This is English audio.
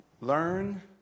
Learn